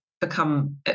become